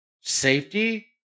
safety